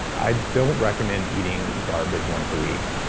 i don't recommend eating garbage once a week,